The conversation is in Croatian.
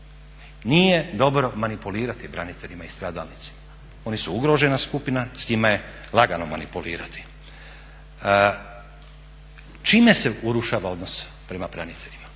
Nije dobro manipulirati braniteljima i stradalnicima. Oni su ugrožena skupina, s njima je lagano manipulirati. Čime se urušava odnos prema braniteljima?